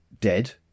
dead